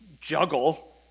juggle